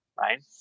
right